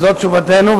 תשובתנו,